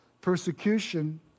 persecution